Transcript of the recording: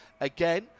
again